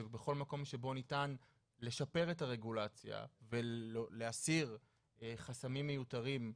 ובכל מקום שבו ניתן לשפר את הרגולציה ולהסיר חסמים מיותרים,